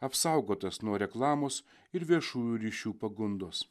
apsaugotas nuo reklamos ir viešųjų ryšių pagundos